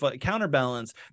counterbalance